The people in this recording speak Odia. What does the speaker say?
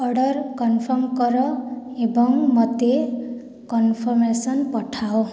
ଅର୍ଡ଼ର କନଫର୍ମ କର ଏବଂ ମୋତେ କନଫର୍ମେସନ୍ ପଠାଅ